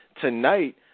tonight